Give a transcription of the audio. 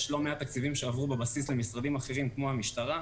יש לא מעט תקציבים שעברו בבסיס למשרדים אחרים כמו המשטרה,